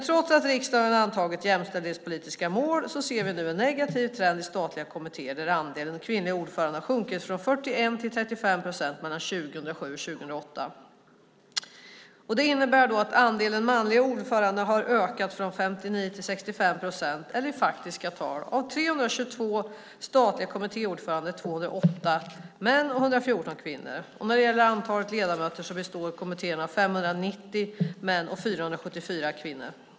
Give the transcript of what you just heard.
Trots att riksdagen har antagit jämställdhetspolitiska mål ser vi nu en negativ trend i statliga kommittéer där andelen kvinnliga ordförande har sjunkit från 41 till 35 procent mellan 2007 och 2008. Det innebär att andelen manliga ordförande har ökat från 59 till 65 procent, eller i faktiska tal: Av 322 ordförande för statliga kommittéer är 208 män och 114 kvinnor. När det gäller antalet ledamöter består kommittéerna av 590 män och 474 kvinnor.